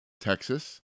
Texas